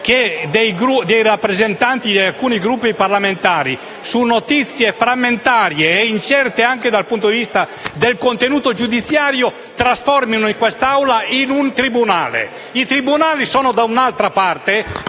che i rappresentanti di alcuni Gruppi parlamentari, basandosi su notizie frammentarie e incerte anche dal punto di vista del contenuto giudiziario, trasformino quest'Aula in un tribunale. I tribunali sono da un'altra parte.